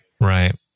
Right